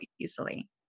easily